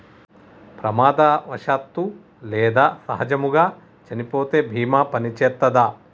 ప్రమాదవశాత్తు లేదా సహజముగా చనిపోతే బీమా పనిచేత్తదా?